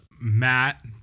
Matt